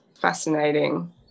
fascinating